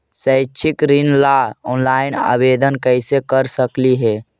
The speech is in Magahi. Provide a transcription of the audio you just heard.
शैक्षिक ऋण ला ऑनलाइन आवेदन कैसे कर सकली हे?